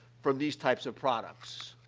from these types of products.